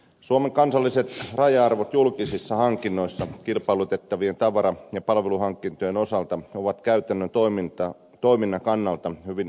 suomen kansalliset raja arvot julkisissa hankinnoissa kilpailutettavien tavara ja palveluhankintojen osalta ovat käytännön toiminnan kannalta hyvin matalat